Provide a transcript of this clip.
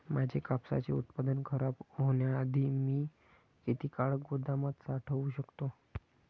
माझे कापसाचे उत्पादन खराब होण्याआधी मी किती काळ गोदामात साठवू शकतो?